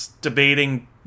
debating